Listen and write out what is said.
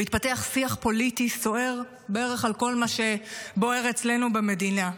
והתפתח שיח פוליטי סוער בערך על כל מה שבוער אצלנו במדינה,